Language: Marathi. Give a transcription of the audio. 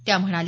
त्या म्हणाल्या